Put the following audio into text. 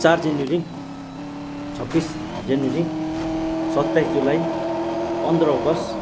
चार जनवरी छब्बिस जनवरी सत्ताइस जुलाई पन्ध्र अगस्ट